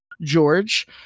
George